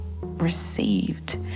received